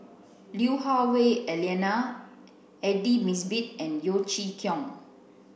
Lui Hah Wah Elena Aidli Mosbit and Yeo Chee Kiong